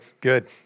good